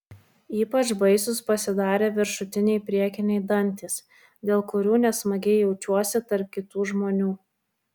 ypač baisūs pasidarė viršutiniai priekiniai dantys dėl kurių nesmagiai jaučiuosi tarp kitų žmonių